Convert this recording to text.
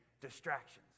distractions